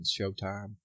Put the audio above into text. Showtime